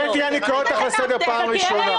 קטי, אני קורא אותך לסדר פעם ראשונה.